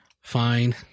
fine